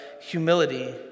humility